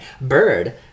Bird